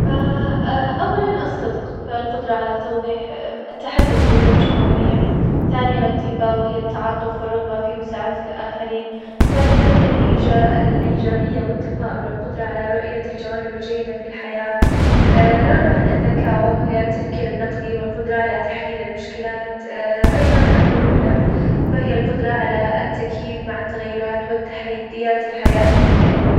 أولاً: الصدق، فالقدرة على توضيح- التحدث بوضوح وشفافية، ثانياً: الطيبة وهي التعاطف والرغبة في مساعدة الآخرين، ثالثاً: الإيجا- الإيجابية و التفاؤل والقدرة على رؤية الجوانب الجيدة في الحياة، رابعاً: الذكاء, وهي التفكير النقدي والقدرة على تحليل المشكلات، أيضاً المرونة وهي القدرة على التكيف مع التغيرات والتحديات الحياة المختلفة.